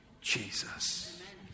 Jesus